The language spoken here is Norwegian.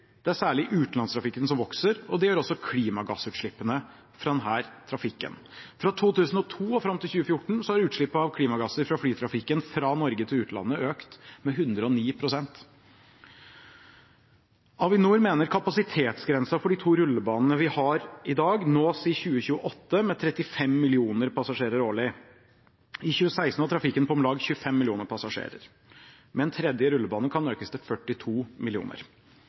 Det er særlig utenlandstrafikken som vokser, og det gjør også klimagassutslippene fra denne trafikken. Fra 2002 og fram til 2014 har utslippet av klimagasser fra flytrafikken fra Norge til utlandet økt med 109 pst. Avinor mener kapasitetsgrensen for de to rullebanene vi har i dag, nås i 2028, med 35 millioner passasjerer årlig. I 2016 var trafikken på om lag 25 millioner passasjerer. Med en tredje rullebane kan den økes til 42 millioner.